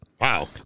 wow